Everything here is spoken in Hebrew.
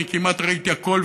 אני ראיתי כמעט הכול,